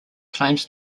claims